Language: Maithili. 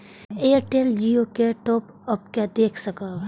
एयरटेल जियो के टॉप अप के देख सकब?